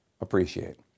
appreciate